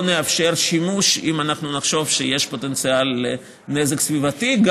נאפשר שימוש אם אנחנו נחשוב שיש פוטנציאל לנזק סביבתי,